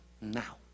now